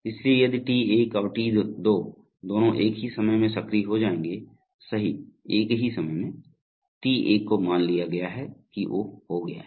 इसलिए यदि T1 और T2 दोनों एक ही समय में सक्रिय हो जाएँगे सही एक ही समय में T1 को मान लिया गया कि वो हो गया है